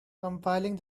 compiling